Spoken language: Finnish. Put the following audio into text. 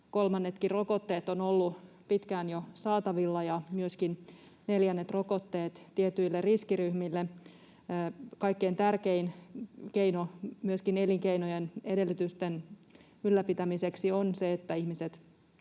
Kolmannetkin rokotteet ovat olleet pitkään jo saatavilla ja myöskin neljännet rokotteet tietyille riskiryhmille. Kaikkein tärkein keino myöskin elinkeinojen edellytysten ylläpitämiseksi on se, että ihmiset